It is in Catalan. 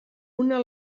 una